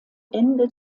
ende